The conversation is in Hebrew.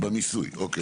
במיסוי, אוקיי.